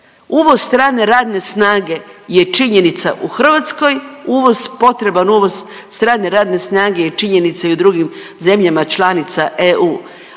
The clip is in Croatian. uvoz strane radne snage je činjenica u Hrvatskoj, uvoz, potreban uvoz strane radne snage je činjenica i u drugim zemljama članica EU.